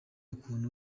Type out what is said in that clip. ukuntu